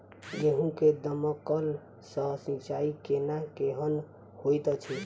गेंहूँ मे दमकल सँ सिंचाई केनाइ केहन होइत अछि?